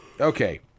Okay